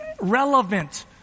relevant